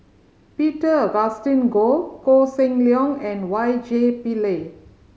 Peter Augustine Goh Koh Seng Leong and Y J Pillay